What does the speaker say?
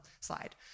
slide